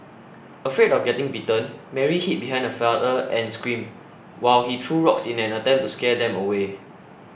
afraid of getting bitten Mary hid behind her father and screamed while he threw rocks in an attempt to scare them away